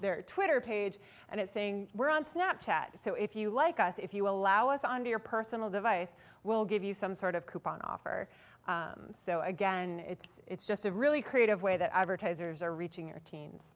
their twitter page and it's thing we're on snap chat so if you like us if you allow us onto your personal device we'll give you some sort of coupon offer so again it's just a really creative way that advertisers are reaching their teens